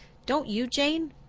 don't you, jane?